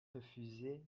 refusé